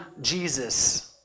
Jesus